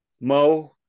Mo